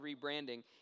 rebranding